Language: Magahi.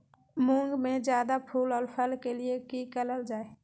मुंग में जायदा फूल और फल के लिए की करल जाय?